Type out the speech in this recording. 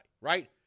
right